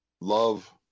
love